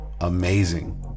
Amazing